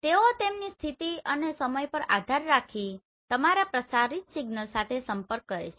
તેઓ તેમની સ્થિતિ અને સમય પર આધાર રાખીને તેઓ તમારા પ્રસારિત સિગ્નલ સાથે સંપર્ક કરે છે